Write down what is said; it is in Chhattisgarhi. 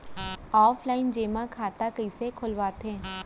ऑफलाइन जेमा खाता कइसे खोलवाथे?